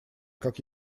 как